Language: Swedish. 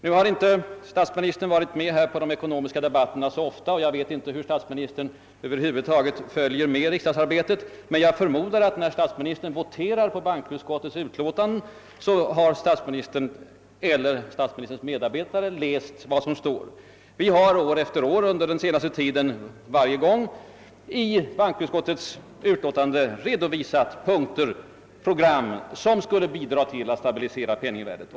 Nu har inte statsministern varit med här på de ekonomiska debatterna så ofta, och jag vet inte, hur statsministern över huvud taget följer med riksdagsarbetet, men jag förmodar, att när statsministern voterat med anledning av bankoutskottets utlåtanden, har statsministern eller statsministerns medarbetare läst vad som står i dem. Vi har år efter år under den senaste tiden i bankoutskottets utlåtande redovisat förslag som skulle bidra till att stabilisera penningvärdet.